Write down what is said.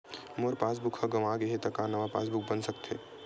मोर passbook ह गंवा गे हे त का नवा पास बुक बन सकथे?